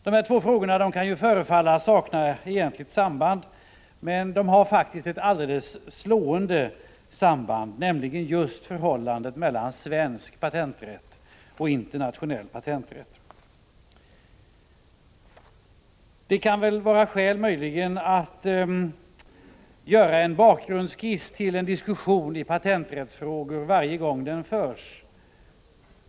Dessa frågor kan förefalla sakna egentligt samband, men de har faktiskt ett slående samband, nämligen förhållandet mellan svensk patenträtt och internationell patenträtt. Det kan vara skäl att göra en bakgrundsskiss till en diskussion i patenträttsfrågor varje gång diskussionen förs.